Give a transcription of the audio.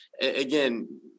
again